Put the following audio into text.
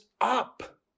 up